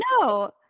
No